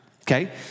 okay